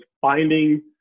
finding